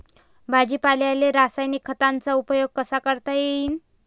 भाजीपाल्याले रासायनिक खतांचा उपयोग कसा करता येईन?